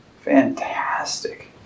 Fantastic